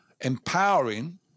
empowering